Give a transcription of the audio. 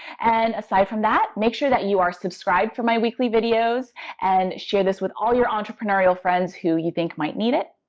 and aside from that, make sure that you are subscribed for my weekly videos and share this with all your entrepreneurial friends who you think might need it,